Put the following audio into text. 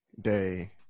Day